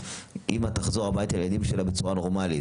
אימא לא תחזור הביתה לילדים שלה בצורה נורמלית.